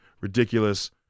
ridiculous